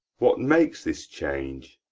what makes this change?